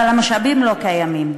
אבל המשאבים לא קיימים.